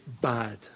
bad